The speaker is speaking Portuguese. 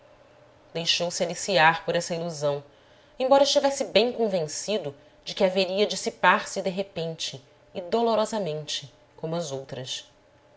outrora deixou-se aliciar por essa ilusão embora estivesse bem convencido de que a veria dissipar se de repente e dolorosamente como as outras